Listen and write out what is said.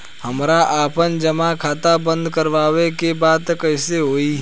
हमरा आपन जमा खाता बंद करवावे के बा त कैसे होई?